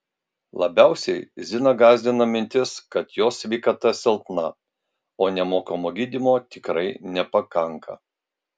labiausiai ziną gąsdina mintis kad jos sveikata silpna o nemokamo gydymo tikrai nepakanka